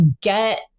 get